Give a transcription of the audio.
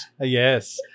Yes